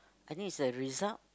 I think it's the result